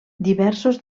diversos